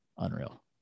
unreal